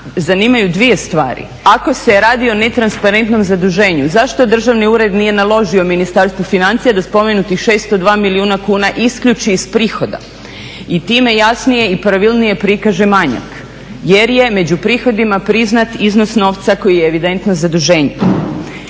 zanimaju dvije stvari. Ako se radi o netransparentnom zaduženju zašto državni ured nije naložio Ministarstvu financija da spomenutih 602 milijuna kuna isključi iz prihoda i time jasnije i pravilnije prikaže manjak jer je među prihodima priznat iznos novca koji je evidentno zaduženje.